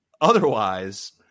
Otherwise